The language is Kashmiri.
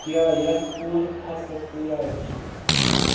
کیاہ یتھ پورٕ ہفتس پیٚیا روٗد